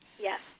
Yes